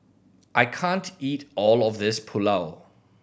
I can't eat all of this Pulao